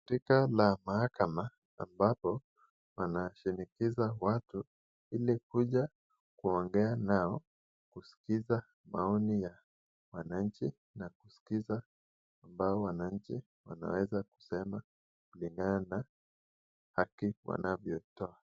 Katika la mahakama ambapo wanashinikiza watu ili kuja kuongea nao kuskiza maoni ya wananchi na kuskiza ambayo wananchi wanaweza kusema kulingana na haki wanavyotoa.